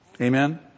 Amen